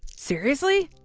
seriously?